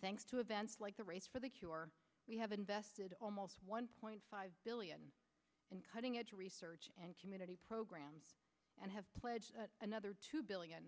thanks to events like the race for the cure we have invested almost one point five billion in cutting edge research and community programs and have pledged another two billion